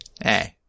hey